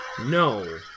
No